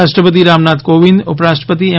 રાષ્ટ્રપતિ રામ નાથ કોવિંદ ઉપરાષ્ટ્રપતિ એમ